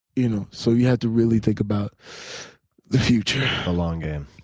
you know so you have to really think about the future. the long game.